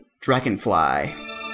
Dragonfly